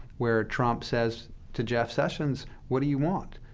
where trump says to jeff sessions, what do you want?